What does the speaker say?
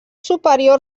superior